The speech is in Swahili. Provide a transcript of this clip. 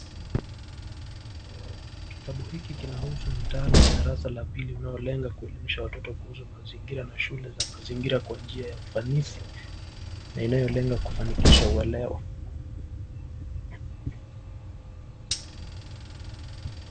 Kitabu hiki kinahusu mtaala wa pili kinaolenga kuelimisha watoto kuhusu mazingira na shule ya mazingira kwa ufanisi na inayolenga kufanikisha kuelewa.